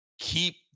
Keep